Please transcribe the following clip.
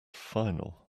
final